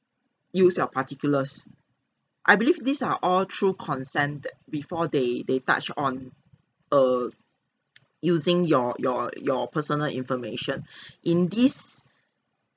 use your particulars I believe these are all through consent that before they they touch on err using your your your personal information in this